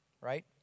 right